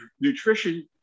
Nutrition